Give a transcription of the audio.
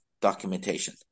documentation